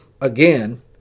again